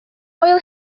will